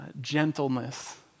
gentleness